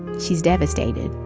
she is devastated